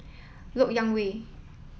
Lok Yang Way